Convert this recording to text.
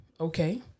Okay